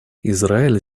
израиль